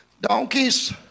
donkeys